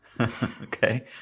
Okay